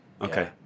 Okay